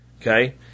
Okay